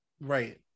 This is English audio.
Right